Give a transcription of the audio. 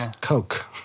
Coke